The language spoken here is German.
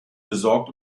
besorgt